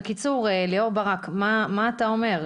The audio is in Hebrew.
בקיצור, ליאור ברק, מה אתה אומר?